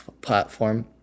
platform